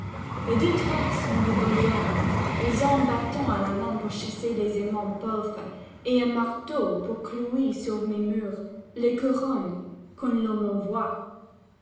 deux thraces sont de beaux hommes ils ont un bâton à la main pour chasser les amants pauvres et un marteau pour clouer sur le mur les couronnes que l'on m'envoie